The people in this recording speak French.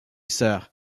sœur